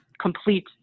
complete